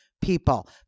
people